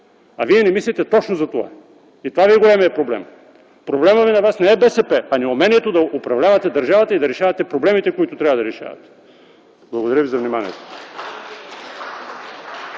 А вие не мислите точно за това! Това ви е големият проблем. Проблемът ви не е БСП, а неумението да управлявате държавата и да решавате проблемите, които трябва да решавате! Благодаря ви за вниманието.